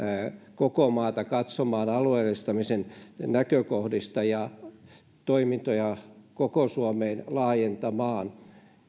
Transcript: koko maata katsomaan alueellistamisen näkökohdista ja toimintoja koko suomeen laajentamaan